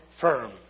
firm